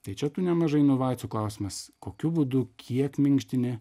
tai čia tų nemažai inovacijų klausimas kokiu būdu kiek minkštini